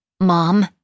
Mom